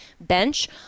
bench